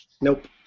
Nope